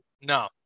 No